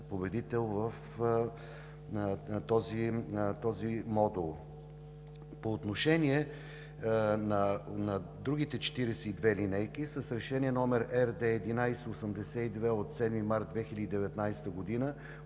победител в този модул. По отношение на другите 42 линейки, с Решение № RD-1182 от 7 март 2019 г.